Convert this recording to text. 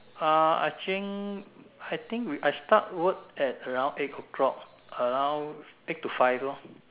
uh I think I think I start work at around eight o-clock around eight to five lor